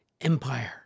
Empire